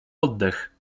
oddech